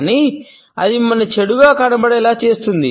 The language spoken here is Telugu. కానీ అది మిమ్మల్ని చెడుగా కనబడేలా చేస్తుంది